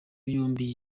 yombi